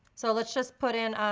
so let's just put in,